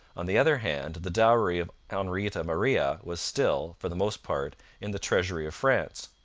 on the other hand, the dowry of henrietta maria was still, for the most part, in the treasury of france.